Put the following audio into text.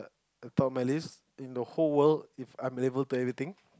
from my list in the whole world if I'm able to eat everything